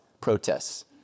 protests